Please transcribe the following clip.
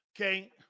okay